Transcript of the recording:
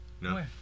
No